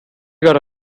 gotta